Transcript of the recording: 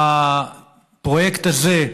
הפרויקט הזה,